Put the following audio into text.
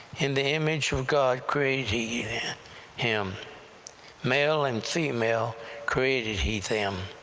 in the image of god created he him male and female created he them.